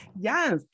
Yes